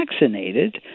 vaccinated